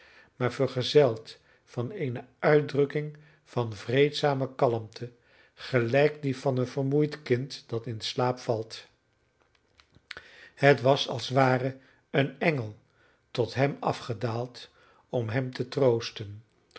maar vergezeld van eene uitdrukking van vreedzame kalmte gelijk die van een vermoeid kind dat in slaap valt het was als ware een engel tot hem afgedaald om hem te troosten